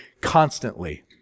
constantly